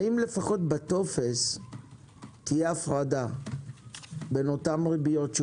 האם לפחות בטופס תהיה הפרדה בין הריביות שהוא